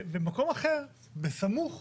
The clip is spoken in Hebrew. ובמקום אחר, בסמוך,